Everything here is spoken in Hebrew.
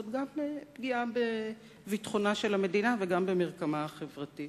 זו גם פגיעה בביטחונה של המדינה וגם במרקמה החברתי.